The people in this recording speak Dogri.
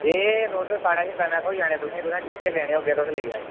एह् तुसें साढ़े दमें थ्होई जाने तुसें गी जेह्के लैने होगे तुस लेई जाएओ